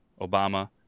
Obama